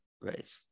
Right